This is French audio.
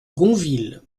gonville